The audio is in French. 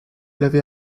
l’avez